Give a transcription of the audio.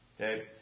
Okay